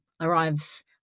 arrives